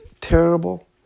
terrible